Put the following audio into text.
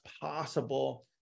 possible